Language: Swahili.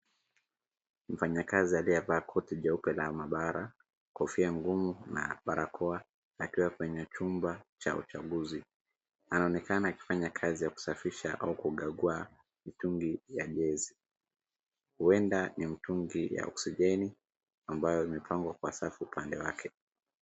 Mfanyakazi aliyevaa koti jeupe la mabara kofia ngumu na barakoa akiwa kwenye chumba cha uchanguzi .Anaonekana akifanya kazi ya kusafisha au kungangua mitungi ya ngesi. Huenda ni mtungi ya oksijeni ambayo imepangwa kwa safu upande wake.